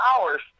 hours